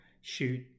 shoot